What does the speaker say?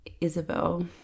Isabel